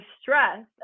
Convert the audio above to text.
stress